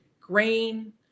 grain